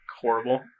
horrible